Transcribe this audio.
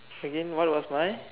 again what was mine